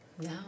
No